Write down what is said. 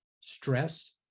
stress